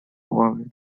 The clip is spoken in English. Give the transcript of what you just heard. warm